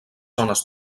zones